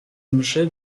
mszy